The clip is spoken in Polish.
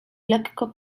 lekko